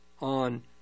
on